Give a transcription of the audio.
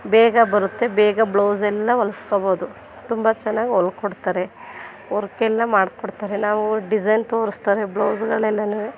ಬೇಗ ಬರುತ್ತೆ ಬೇಗ ಬ್ಲೌಸೆಲ್ಲ ಹೊಲ್ಸ್ಕೊಳ್ಬೋದು ತುಂಬ ಚೆನ್ನಾಗಿ ಹೊಲ್ಕೊಡ್ತಾರೆ ವರ್ಕೆಲ್ಲ ಮಾಡ್ಕೊಡ್ತಾರೆ ನಾವು ಡಿಸೈನ್ ತೋರಿಸ್ತಾರೆ ಬ್ಲೌಸ್ಗಳೆಲ್ಲನೂ